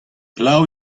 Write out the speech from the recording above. glav